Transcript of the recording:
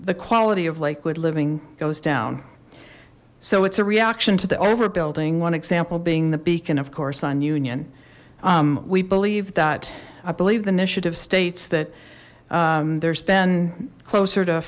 the quality of lakewood living goes down so it's a reaction to the over building one example being the beacon of course on union we believe that i believe the initiative states that there's been closer to